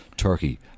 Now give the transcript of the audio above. Turkey